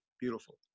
Beautiful